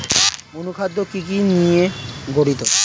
অনুখাদ্য কি কি নিয়ে গঠিত?